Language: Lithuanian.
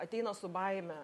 ateina su baime